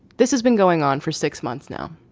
this has been going on for six months now.